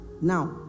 now